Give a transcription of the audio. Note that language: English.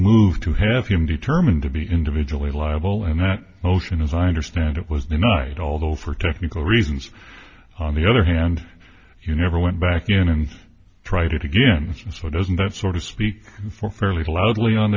to have him determined to be individually liable and that motion as i understand it was denied although for technical reasons on the other hand you never went back in and tried it again so doesn't that sort of speak for fairly loudly on